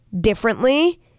differently